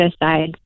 aside